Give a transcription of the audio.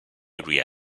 area